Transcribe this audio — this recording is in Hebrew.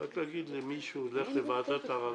רק להגיד למישהו שילך לוועדת העררים,